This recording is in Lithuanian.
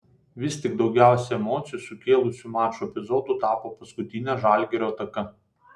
vis tik daugiausiai emocijų sukėlusiu mačo epizodu tapo paskutinė žalgirio ataka